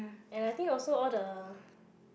and I think also all the